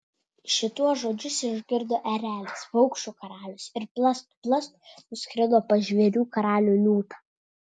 šituos žodžius išgirdo erelis paukščių karalius ir plast plast nuskrido pas žvėrių karalių liūtą